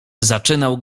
zaczynał